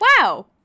Wow